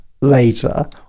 later